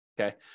okay